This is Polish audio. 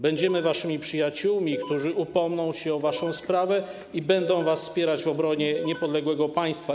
Będziemy waszymi przyjaciółmi, którzy upomną się o waszą sprawę i będą was wspierać w obronie niepodległego państwa.